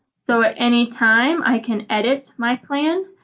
so at any time i can edit my plan.